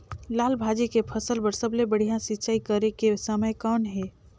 लाल भाजी के फसल बर सबले बढ़िया सिंचाई करे के समय कौन हे?